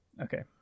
Okay